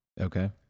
Okay